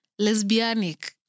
Lesbianic